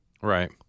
Right